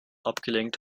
abgelenkt